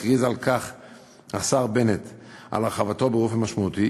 הכריז השר בנט על הרחבתו באופן משמעותי,